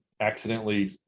accidentally